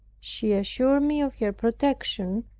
she assured me of her protection,